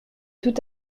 tout